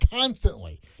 constantly